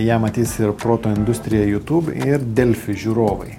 ją matys ir proto industrija youtube ir delfi žiūrovai